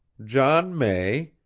john may,